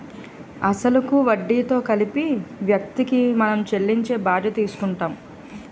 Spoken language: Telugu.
అసలు కు వడ్డీతో కలిపి వ్యక్తికి మనం చెల్లించే బాధ్యత తీసుకుంటాం